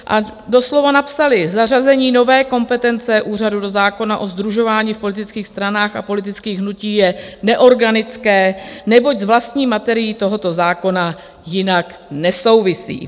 A doslova napsali: Zařazení nové kompetence úřadu do zákona o sdružování v politických stranách a politických hnutích je neorganické, neboť s vlastní materií tohoto zákona jinak nesouvisí.